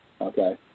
okay